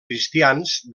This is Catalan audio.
cristians